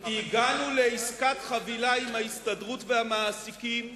הגענו לעסקת חבילה עם ההסתדרות והמעסיקים,